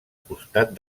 costat